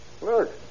Look